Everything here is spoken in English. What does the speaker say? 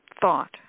thought